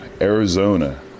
arizona